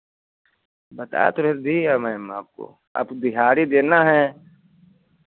बता तो रहे दिया मैम आपको आपको दिहाड़ी देना है